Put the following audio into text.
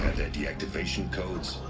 their deactivation codes.